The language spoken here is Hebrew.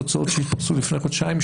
תוצאות שהתפרסמו לפני חודשיים,